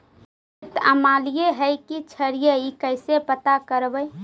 खेत अमलिए है कि क्षारिए इ कैसे पता करबै?